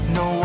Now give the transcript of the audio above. no